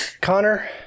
connor